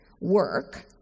work